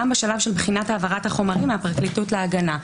בשלב של בחינת העברת החומרים מהפרקליטות להגנה.